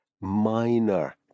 minor